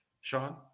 Sean